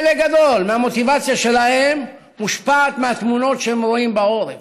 חלק גדול מהמוטיבציה שלהם מושפע מהתמונות שהם רואים בעורף.